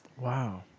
Wow